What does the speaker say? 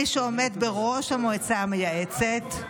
מי שעומד בראש המועצה המייעצת,